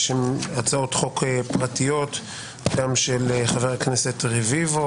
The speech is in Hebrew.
הצעות חוק פרטיות גם של חבר הכנסת רביבו